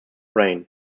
brain